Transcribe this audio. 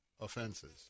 offenses